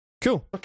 Cool